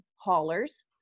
haulers